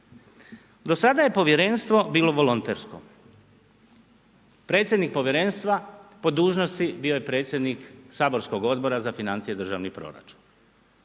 Do sada je povjerenstvo bilo volontersko. Predsjednik povjerenstva po dužnosti bio je predsjednik saborskog odbora za financije i državni proračun.